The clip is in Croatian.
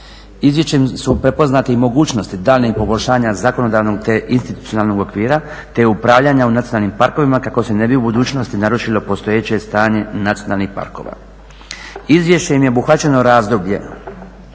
Izvješćem su prepoznate mogućnosti daljnjeg poboljšanja zakonodavnog te institucionalnog okvira te upravljanja u nacionalnim parkovima kako se ne bi u budućnosti narušilo postojeće stanje nacionalnih parkova. Izvješćem je obuhvaćeno razdoblje od